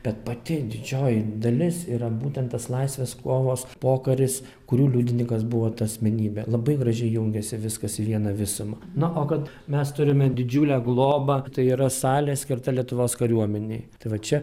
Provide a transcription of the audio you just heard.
bet pati didžioji dalis yra būtent tas laisvės kovos pokaris kurių liudinykas buvo ta asmenybė labai gražiai jungiasi viskas į vieną visumą na o kad mes turime didžiulę globą tai yra salė skirta lietuvos kariuomenei tai va čia